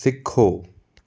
ਸਿੱਖੋ